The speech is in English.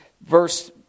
Verse